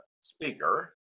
speaker